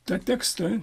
tą tekstą